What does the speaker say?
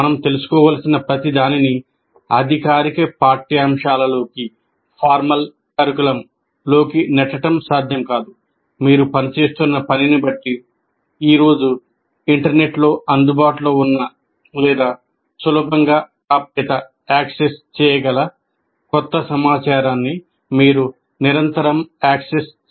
మనం తెలుసుకోవలసిన ప్రతిదాన్ని అధికారిక పాఠ్యాంశాల్లోకి చేయాలనుకోవచ్చు